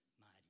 mighty